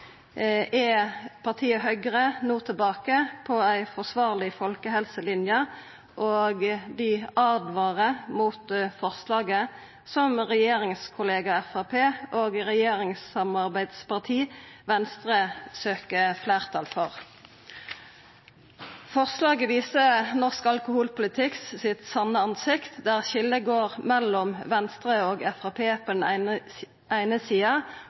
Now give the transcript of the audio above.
er partiet Høgre no tilbake på ei forsvarleg folkehelselinje, og dei åtvarar mot forslaget som regjeringskollegaen Framstegspartiet og regjeringssamarbeidspartiet Venstre søkjer fleirtal for. Forslaget viser det sanne ansiktet til norsk alkoholpolitikk, der skiljet går mellom Venstre og Framstegspartiet på den eine